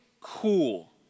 cool